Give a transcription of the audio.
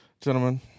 gentlemen